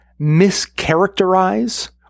mischaracterize